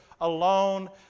alone